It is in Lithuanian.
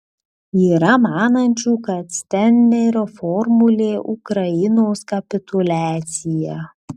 yra manančių kad steinmeierio formulė ukrainos kapituliacija